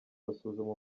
basuzuma